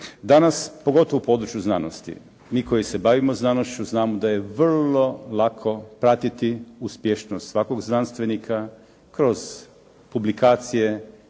Danas, pogotovo u području znanosti, mi koji se bavimo znanošću znamo da je vrlo lako pratiti uspješnost svakog znanstvenika kroz publikacije,